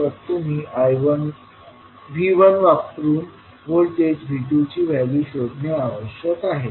तर तुम्ही V1 वापरून व्होल्टेज V2 ची व्हॅल्यू शोधणे आवश्यक आहे